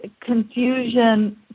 confusion